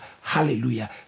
Hallelujah